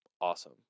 awesome